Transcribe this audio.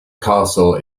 castle